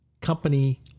company